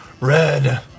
red